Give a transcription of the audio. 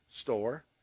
store